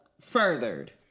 furthered